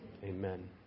Amen